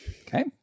Okay